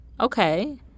Okay